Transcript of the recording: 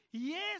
Yes